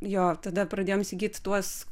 jo tada pradėjom įsigyt tuos